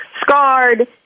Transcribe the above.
scarred